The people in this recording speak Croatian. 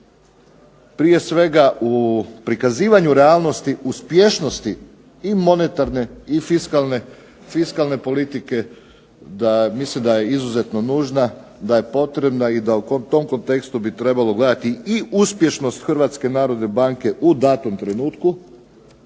prije svega u prikazivanju realnosti uspješnosti i monetarne i fiskalne politike mislim da je izuzetno nužna, da je potrebna i da u tom kontekstu bi trebalo gledati i uspješnost Hrvatske narodne banke u datom trenutku,